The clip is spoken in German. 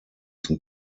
zum